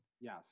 Yes